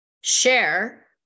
share